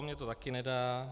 Mně to taky nedá.